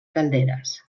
calderes